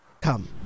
Come